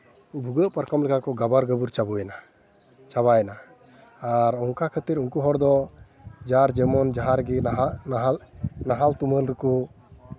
ᱵᱷᱩᱜᱟᱹᱜ ᱯᱟᱨᱠᱚᱢ ᱞᱮᱠᱟ ᱠᱚ ᱜᱟᱵᱟᱨ ᱜᱩᱵᱩᱨ ᱪᱟᱵᱩᱭᱮᱱᱟ ᱪᱟᱵᱟᱭᱮᱱᱟ ᱟᱨ ᱚᱱᱠᱟ ᱠᱷᱟᱹᱛᱤᱨ ᱩᱱᱠᱩ ᱦᱚᱲᱫᱚ ᱡᱟᱨ ᱡᱮᱢᱚᱱ ᱡᱟᱦᱟᱸ ᱨᱮᱜᱮ ᱱᱟᱦᱟᱜ ᱱᱟᱦᱟᱜ ᱱᱟᱞᱦᱟ ᱛᱩᱢᱟᱹᱞ ᱨᱮᱠᱚ